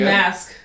mask